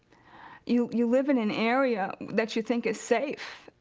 you you live in an area that you think is safe.